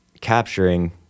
capturing